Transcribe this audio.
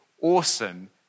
awesome